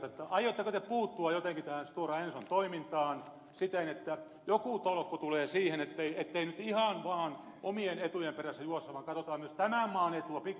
aiotteko te puuttua jotenkin tähän stora enson toimintaan siten että joku tolkku tulee siihen ettei nyt ihan vaan omien etujen perässä juosta vaan katsotaan myös tämän maan etua pikkuisen